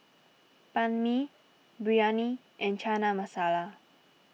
Banh Mi Biryani and Chana Masala